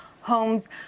homes